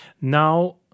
Now